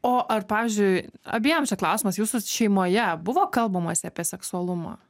o ar pavyzdžiui abiem čia klausimas jūsų šeimoje buvo kalbamasi apie seksualumą